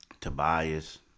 Tobias